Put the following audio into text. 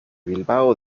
bilbao